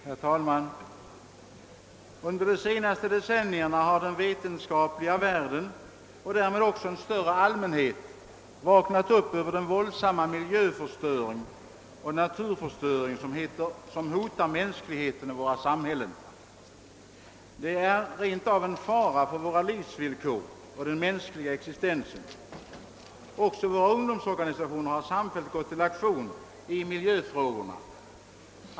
Herr talman! Under de senaste decennierna har den vetenskapliga världen och därmed också en större allmänhet vaknat upp och reagerat mot den våldsamma miljöoch naturförstöring som hotar mänskligheten och våra samhällen. Den är rent av en fara för våra livsvillkor och den mänskliga existensen. Också våra ungdomsorganisationer har samfällt gått till aktion i miljöfrågorna.